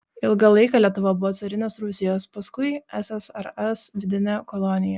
ilgą laiką lietuva buvo carinės rusijos paskui ssrs vidine kolonija